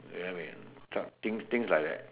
you get what I mean things things like that